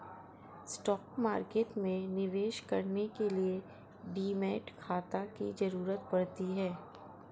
stock market में निवेश करने के लिए डीमैट खाता की जरुरत पड़ती है